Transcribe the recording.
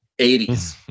80s